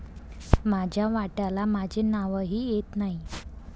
माझ्या वाट्याला माझे नावही येत नाही